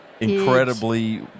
incredibly